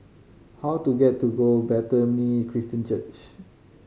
how do get to go Bethany Christian Church